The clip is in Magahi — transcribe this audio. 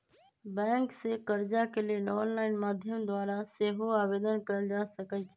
बैंक से कर्जा के लेल ऑनलाइन माध्यम द्वारा सेहो आवेदन कएल जा सकइ छइ